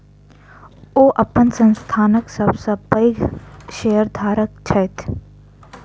ओ अपन संस्थानक सब सॅ पैघ शेयरधारक छथि